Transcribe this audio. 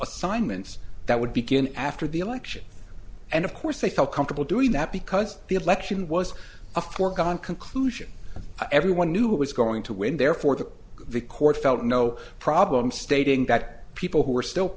assignments that would begin after the election and of course they felt comfortable doing that because the election was a foregone conclusion everyone knew it was going to win therefore the the court felt no problem stating that people who are still